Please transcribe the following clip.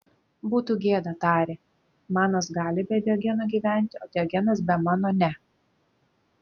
būtų gėda tarė manas gali be diogeno gyventi o diogenas be mano ne